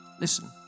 Listen